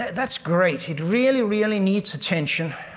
that's great, it really really needs attention,